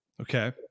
Okay